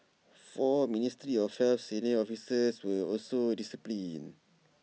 four ministry of health senior officers were also disciplined